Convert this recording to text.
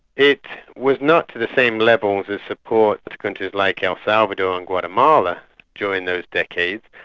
it was not to the same levels as support to countries like el salvador and guatemala during those decades,